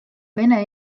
vene